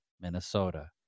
Minnesota